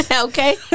Okay